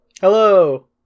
Hello